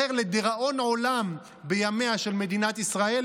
שתיזכר לדיראון עולם בימיה של מדינת ישראל,